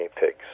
pigs